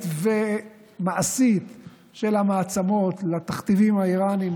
ומעשית של המעצמות לתכתיבים האיראניים,